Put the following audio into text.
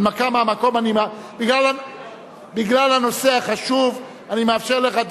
הנמקה מהמקום, בגלל הנושא החשוב אני מאפשר לך.